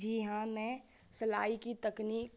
जी हाँ मैं सिलाइ की तकनीक